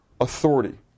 authority